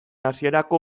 hasierako